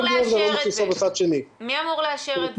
הרבה מדינות כבר לא מכניסות --- מי אמור לאשר את זה?